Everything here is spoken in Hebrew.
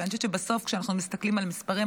כי אני חושבת שבסוף כשאנחנו מסתכלים על מספרים,